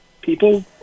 people